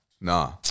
Nah